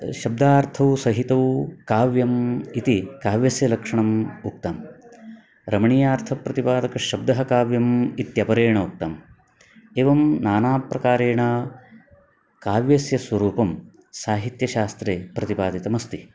शब्दार्थौ सहितौ काव्यम् इति काव्यस्य लक्षणम् उक्तं रमणीयार्थप्रतिपादकशब्दः काव्यम् इत्यपरेण उक्तम् एवं नानाप्रकारेण काव्यस्य स्वरूपं साहित्यशास्त्रे प्रतिपादितम् अस्ति